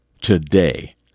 today